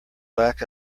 lack